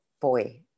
boy